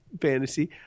fantasy